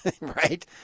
right